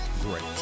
great